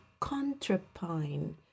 contrapine